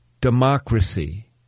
democracy